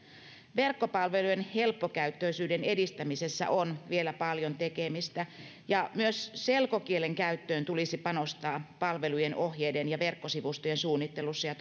verkkopalvelujen helppokäyttöisyyden edistämisessä on vielä paljon tekemistä ja myös selkokielen käyttöön tulisi panostaa palvelujen ohjeiden ja verkkosivustojen suunnittelussa ja